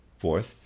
Fourth